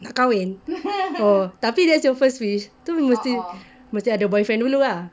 nak kahwin oh tapi that's your first wish tu mesti mesti ada boyfriend dulu ah